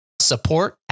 support